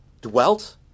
dwelt